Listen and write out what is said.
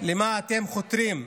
למה אתם חותרים?